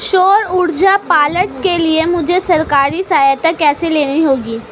सौर ऊर्जा प्लांट के लिए मुझे सरकारी सहायता कैसे लेनी होगी?